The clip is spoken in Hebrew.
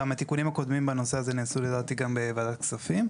גם התיקונים הקודמים בנושא הזה נעשו לדעתי גם בוועדת כספים.